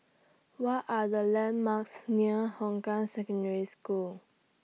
What Are The landmarks near Hong Kah Secondary School